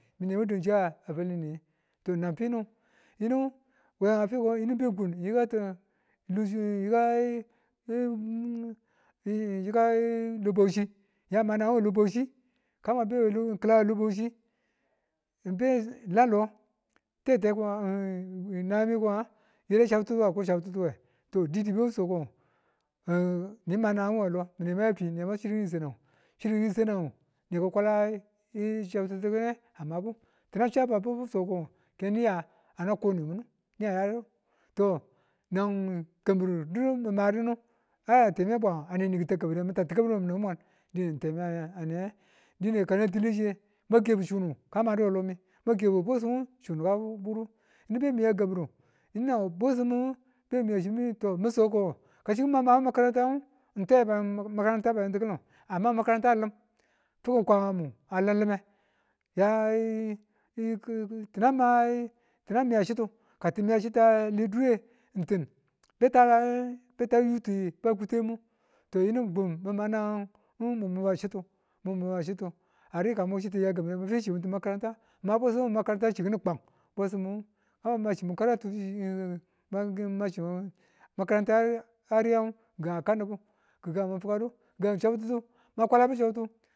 Min nema du chịya a falang niye to nan finu yinu we a fiko yinu bekun yikan tin yikan ng lo bauchi yan mana we lo bauchi kama be nagang we kilan lo bauchi ng be ng lanlo tete ko nga? nayemi ko nga, yire chabtitu wa chabtitu we? to didibewu so ko ngo nima nanganngu we lo nemayafi nama chi̱ru ki̱ni̱n sanang. Chi̱riru sanaag, ni ki̱ kwala chabtitu kine amabu tina chaba bubu so ko ngo ke niya a nang ku nurmi̱n nu ni na to nan kambi̱ru di̱du mi̱ madunu ka aya temi a bwange a neni ki̱tami kaburuwe mi̱ takambi̱ru manmi̱mun dine teni aya ane dine kane ti̱le chiye ma kebu chunu ka madu we lomi ma kebu bwesimu chunu ka budu yinu bemi ya kambịru yinu nan bwesim mu ng be bwechi ng to min so ko nga kachin mwa ma makaranta n twaye m- makaranta batɪtikilin amma makaranta alim fukum kwamambu a limlime tịnamiya tinamiya chi̱tu, ka chi miya chi̱tu ta ale dure ntin beta beta yuto ba kuteng mu to yinung bimg bwemana ng mu muba chitu mu muba chitu are kama chitu yaka mwa chi mitu makaranta mwa bwese ma makaranta chikinu bwam kwesimu ariyan machimu bwan ng machimu makaranta ar- aryan ga kanobu kikan ma kwalabu gan chabtutu ma kwalabu chabtu.